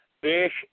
fish